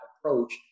approach